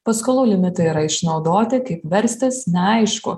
paskolų limitai yra išnaudoti kaip verstis neaišku